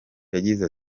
yagize